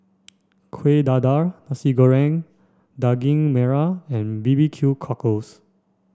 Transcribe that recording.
Kueh Dadar Nasi Goreng Daging Merah and B B Q Cockle